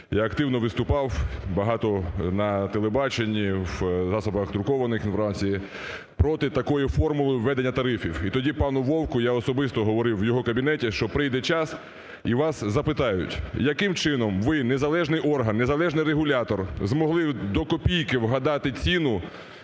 я активно виступав багато на телебаченні, в засобах друкованої інформації проти такої формули введення тарифів. І тоді пану Вовку я особисто говорив в його кабінеті, що прийде час і вас запитають, яким чином ви, незалежний орган, незалежний регулятор змогли до копійки вгадати ціну,